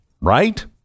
Right